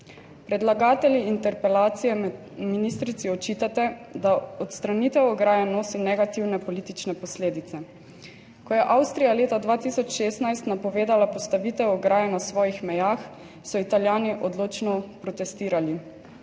Predlagatelji interpelacije ministrici očitate, da odstranitev ograje nosi negativne politične posledice. Ko je Avstrija leta 2016 napovedala postavitev ograje na svojih mejah, so Italijani odločno protestirali.